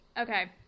Okay